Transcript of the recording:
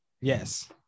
Yes